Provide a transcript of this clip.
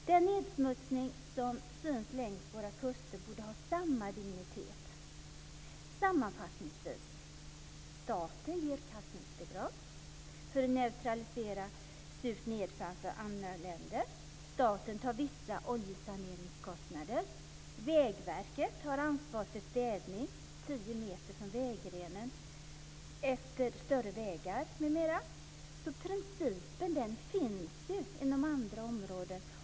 Den nedsmutsning som syns längs våra kuster borde ha samma dignitet. Sammanfattningsvis: Staten ger kalkningsbidrag för att neutralisera surt nedfall från andra länder. Staten tar vissa oljesaneringskostnader. Vägverket tar ansvaret för städning tio meter från vägrenen efter större vägar m.m. Principen finns ju inom andra områden.